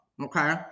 Okay